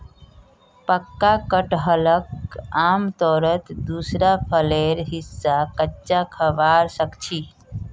पक्का कटहलक आमतौरत दूसरा फलेर हिस्सा कच्चा खबा सख छि